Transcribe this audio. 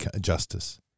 justice